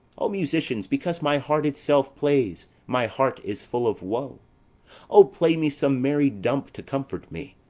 o, musicians, because my heart itself plays my heart is full of woe o, play me some merry dump to comfort me.